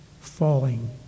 falling